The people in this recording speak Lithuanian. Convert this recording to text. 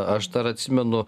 aš dar atsimenu